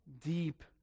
deep